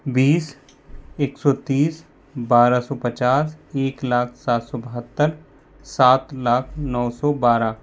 बीस एक सौ तीस बारह सौ पचास एक लाख सात सौ बहत्तर सात लाख नौ सौ बारह